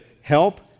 help